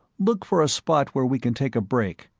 look for a spot where we can take a break,